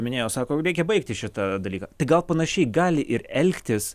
minėjo sako reikia baigti šitą dalyką tai gal panašiai gali ir elgtis